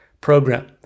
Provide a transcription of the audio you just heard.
program